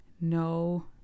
no